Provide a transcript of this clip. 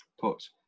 put